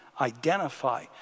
identify